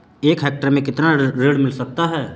एक हेक्टेयर में कितना ऋण मिल सकता है?